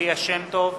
ליה שמטוב,